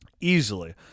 easily